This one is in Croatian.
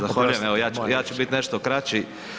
Zahvaljujem, evo ja ću biti nešto kraći.